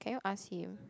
can you ask him